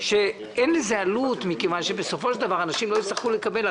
אין לזה עלות מכיוון שבסופו של דבר אנשים לא יצטרכו לקבל.